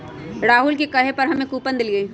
राहुल के कहे पर हम्मे कूपन देलीयी